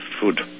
food